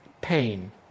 pain